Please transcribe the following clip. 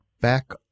back